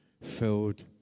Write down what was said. filled